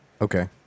Okay